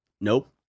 Nope